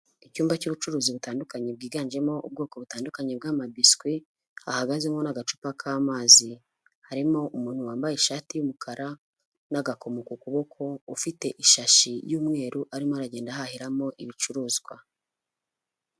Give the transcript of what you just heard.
Icyumba cy'ubucuruzi butandukanye bwiganjemo ubwoko butandukanye bw'amabiswi hahagazemo n'agacupa k'amazi. Harimo umuntu wambaye ishati y'umukara n'agakomo ku kuboko ufite ishashi y'umweru arimo aragenda ahahiramo ibicuruzwa.